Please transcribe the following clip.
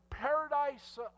Paradise